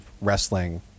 wrestling